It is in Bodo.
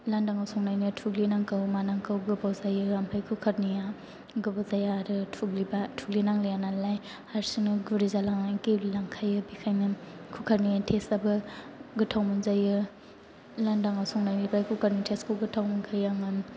लांदांआव संनायनिया थुग्लिनांगौ मानांगौ गोबाव जायो ओमफ्राय कुकार निया गोबाव जाया आरो थुग्लिनांलाया नालाय हारसिंनो गुरै जालांनानै गेब्लेलांखायो बेनिखायनो कुकार नि टेस्ट आबो गोथाव मोनजायो लांदांआव संनायनिफ्राय कुकार नि टेस्ट खौ गोथाव मोनखायो आङो